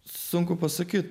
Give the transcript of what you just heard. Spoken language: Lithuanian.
sunku pasakyti